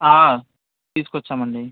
తీసుకొచ్చాము అండి